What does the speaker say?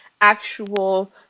actual